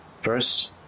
first